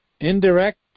indirect